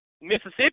Mississippi –